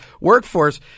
workforce